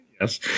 Yes